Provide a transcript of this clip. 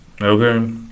Okay